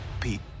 Pete